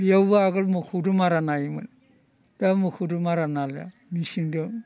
बेयावबो आगोल मोसौजों मारा नायोमोन दा मोसौजोंं मारा नालिया मेसिनजों